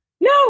no